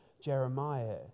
Jeremiah